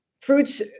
fruits